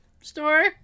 story